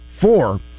four